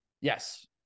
Yes